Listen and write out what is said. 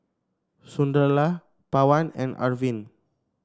Sunderlal Pawan and Arvind